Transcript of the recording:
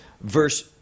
Verse